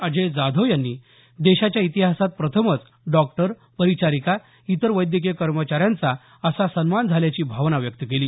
अजय जाधव यांनी देशाच्या इतिहासात प्रथमच डॉक्टर परिचारीका इतर वैद्यकीय कर्मचाऱ्यांचा असा सन्मान झाल्याची भावना व्यक्त केली